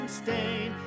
stain